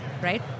Right